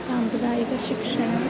साम्प्रदायिकशिक्षणे